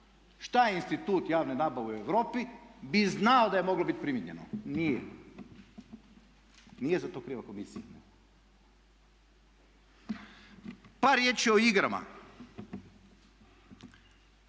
šta je institut javne nabave u Europi bi znao da je moglo biti primijenjeno. Nije. Nije za to kriva komisija. Par riječi o igrama.